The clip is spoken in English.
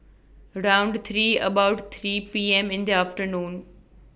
round three about three P M in The afternoon